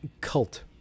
cult